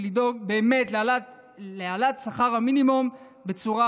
ולדאוג להעלאת שכר המינימום בצורה